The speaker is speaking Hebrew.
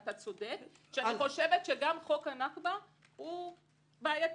אתה צודק שאני חושבת שגם חוק הנכבה הוא בעייתי,